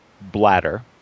bladder